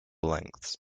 lengths